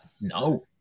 no